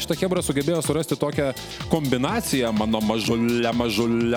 šita chebra sugebėjo surasti tokią kombinaciją mano mažule mažule